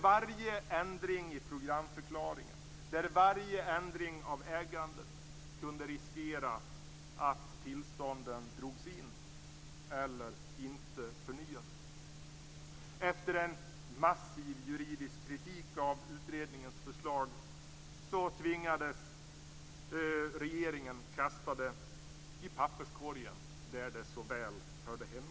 Varje ändring i programförklaringen och varje ändring av ägandet kunde riskera att tillstånden drogs in eller inte förnyades. Efter en massiv juridisk kritik av utredningens förslag tvingades regeringen att kasta det i papperskorgen där det såväl hörde hemma.